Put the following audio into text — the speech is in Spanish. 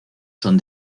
son